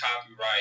copyright